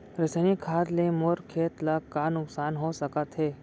रसायनिक खाद ले मोर खेत ला का नुकसान हो सकत हे?